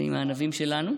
זה עם הענבים שלנו.